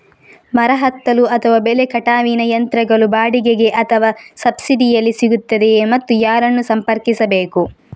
ಮರ ಹತ್ತಲು ಅಥವಾ ಬೆಲೆ ಕಟಾವಿನ ಯಂತ್ರಗಳು ಬಾಡಿಗೆಗೆ ಅಥವಾ ಸಬ್ಸಿಡಿಯಲ್ಲಿ ಸಿಗುತ್ತದೆಯೇ ಮತ್ತು ಯಾರನ್ನು ಸಂಪರ್ಕಿಸಬೇಕು?